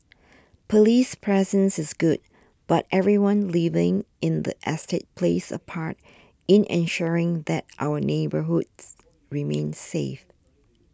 police presence is good but everyone living in the estate plays a part in ensuring that our neighbourhoods remain safe